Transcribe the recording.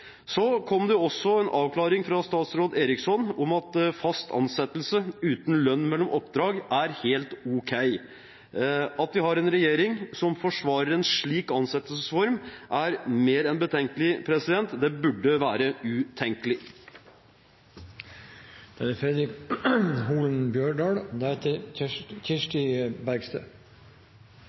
Så kom det også en avklaring fra statsråd Eriksson: Fast ansettelse uten lønn mellom oppdrag er helt ok. At vi har en regjering som forsvarer en slik ansettelsesform, er mer enn betenkelig. Det burde være utenkelig. Dei som stod utanfor Stortinget den 28. januar, fekk nok ei ganske surrealistisk oppleving då «Eg har ein draum» ljoma frå høgtalarane. Det